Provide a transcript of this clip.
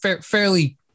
fairly